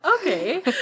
Okay